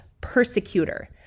persecutor